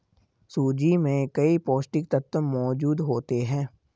सूजी में कई पौष्टिक तत्त्व मौजूद होते हैं